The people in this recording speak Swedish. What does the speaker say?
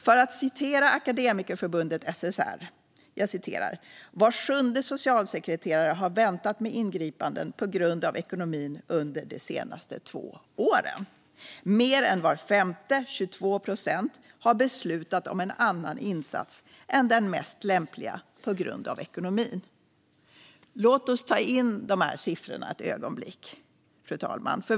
För att citera Akademikerförbundet SSR: "Var sjunde socialsekreterare har väntat med ingripanden på grund av ekonomin under de senaste två åren. Mer än var femte, 22 procent, har beslutat om en annan insats än den mest lämpliga på grund av ekonomin." Låt oss ta in dessa siffror för ett ögonblick, fru talman.